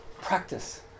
practice